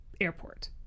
airport